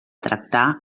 tractar